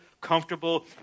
comfortable